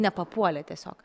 nepapuolė tiesiog